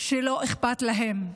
שלא אכפת להן,